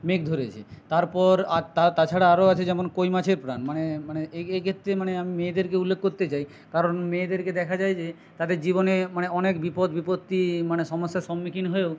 মেঘ ধরেছে তারপর আর তাছাড়া আরও আছে যেমন কই মাছের প্রাণ মানে মানে এইক্ষেত্রে মানে আমি মেয়েদেরকে উল্লেখ করতে চাই কারণ মেয়েদেরকে দেখা যায় যে তাদের জীবনে মানে অনেক বিপদ বিপত্তি মানে সমস্যার সম্মুখীন হয়েও